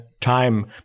time